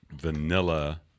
vanilla